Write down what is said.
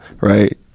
right